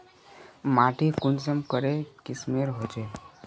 माटी कुंसम करे किस्मेर होचए?